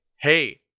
Hey